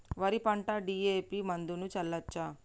వరి పంట డి.ఎ.పి మందును చల్లచ్చా?